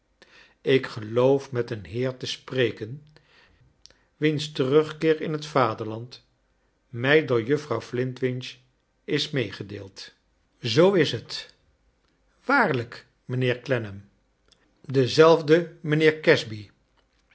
ik geloof met een heer te spreken wiens terugkeer in het vaderland mij door juffrouw flintwinch is meegedeeld zoo is het waarlijk mijnheer clennam dezeifde mijnheer casby